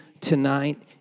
tonight